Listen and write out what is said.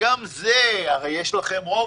וגם זה הרי יש לכם רוב,